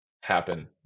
happen